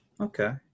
Okay